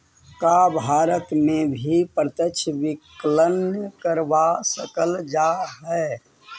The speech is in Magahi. का भारत में भी प्रत्यक्ष विकलन करवा सकल जा हई?